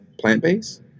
plant-based